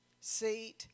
seat